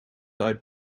uit